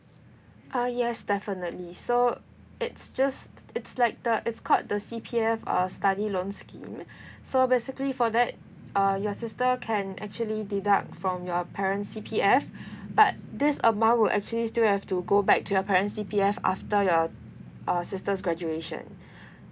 uh yes definitely so it's just it's like the it's called the C_P_F uh study loan scheme so basically for that uh your sister can actually deduct from your parent C_P_F but this amount would actually still have to go back to your parents C_P_F after your uh sisters graduation